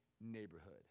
neighborhood